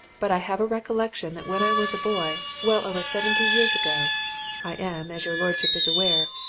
but i have a recollection that when i was a boy, well over seventy years ago i am, as your lordship is aware,